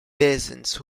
peasants